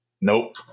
Nope